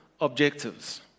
objectives